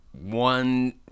one